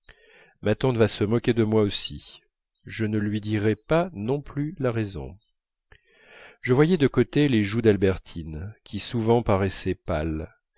ma tante va se moquer de moi aussi je ne lui dirai pas non plus la raison je voyais de côté les joues d'albertine qui souvent paraissaient pâles